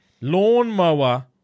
Lawnmower